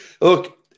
Look